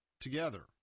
together